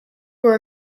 were